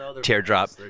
teardrop